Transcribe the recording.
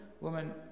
woman